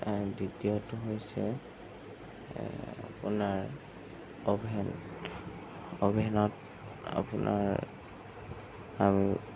আৰু দ্বিতীয়টো হৈছে আপোনাৰ অভেন অভেনত আপোনাৰ আমি